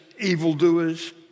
evildoers